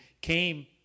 came